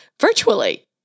virtually